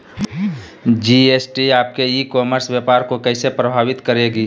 GST आपके e-commerce व्यापार को कैसे प्रभावित करेगी?